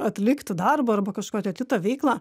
atlikti darbą arba kažkokią kitą veiklą